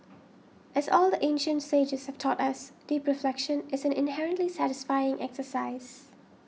as all the ancient sages have taught us deep reflection is an inherently satisfying exercise